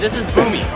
is boomie.